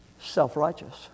self-righteous